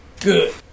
good